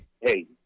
hey